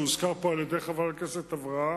שהוזכר פה על-ידי חברת הכנסת אברהם,